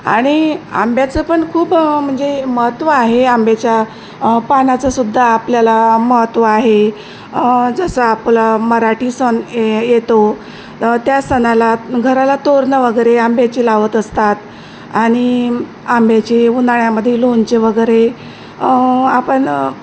आणि आंब्याचं पण खूप म्हणजे महत्त्व आहे आंब्याच्या पानाचंसुद्धा आपल्याला महत्त्व आहे जसं आपला मराठी सण आहे येतो त्या सणाला घराला तोरणं वगैरे आंब्याची लावत असतात आणि आंब्याचे उन्हाळ्यामध्ये लोणचे वगैरे आपण